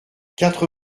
quatre